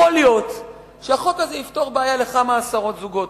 יכול להיות שהחוק הזה יפתור בעיה לכמה עשרות זוגות.